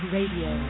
Radio